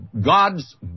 God's